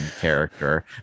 character